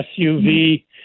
SUV